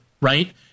right